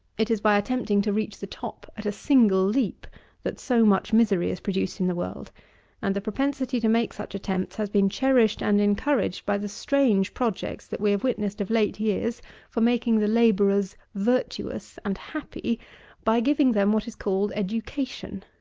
it is by attempting to reach the top at a single leap that so much misery is produced in the world and the propensity to make such attempts has been cherished and encouraged by the strange projects that we have witnessed of late years for making the labourers virtuous and happy by giving them what is called education.